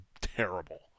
terrible